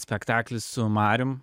spektaklis su marium